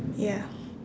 ya